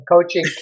coaching